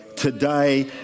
Today